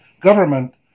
government